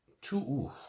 Two